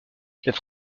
cette